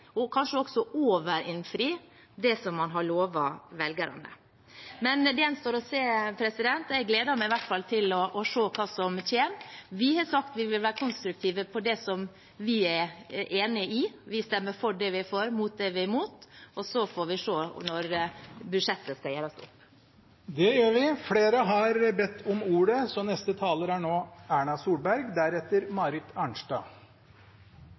og kanskje også overinnfri, det man har lovet velgerne. Men det gjenstår å se. Jeg gleder meg i hvert fall til å se hva som kommer. Vi har sagt vi vil være konstruktive på det vi er enig i. Vi stemmer for det vi er for, mot det vi er mot, og så får vi se når budsjettet skal gjøres opp. Jeg vil først få lov til å kommentere at det ikke er sånn at vi ikke har